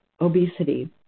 obesity